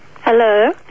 Hello